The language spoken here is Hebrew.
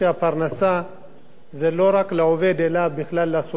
זה לא רק לעובד אלא בכלל לסובבים, למשפחה, לילדים.